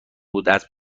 بوداز